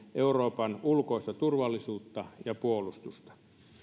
euroopan ulkoista turvallisuutta ja puolustusta